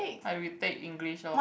I retake English loh